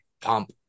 pump